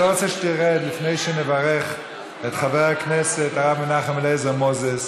אני לא רוצה שתרד לפני שנברך את חבר הכנסת הרב מנחם אליעזר מוזס,